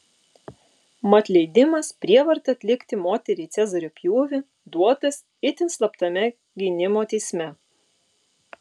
mat leidimas prievarta atlikti moteriai cezario pjūvį duotas itin slaptame gynimo teisme